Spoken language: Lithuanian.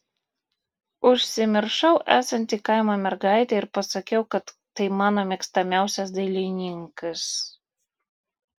užsimiršau esanti kaimo mergaitė ir pasakiau kad tai mano mėgstamiausias dailininkas